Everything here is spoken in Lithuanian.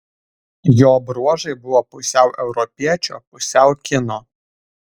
jo bruožai buvo pusiau europiečio pusiau kino